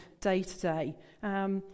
day-to-day